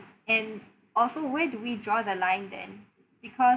and also where do we draw the line then because